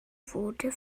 wurde